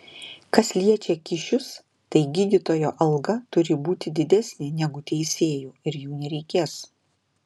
kas liečia kyšius tai gydytojo alga turi būti didesnė negu teisėjų ir jų nereikės